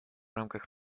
рамках